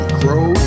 grow